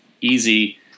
easy